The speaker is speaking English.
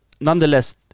Nonetheless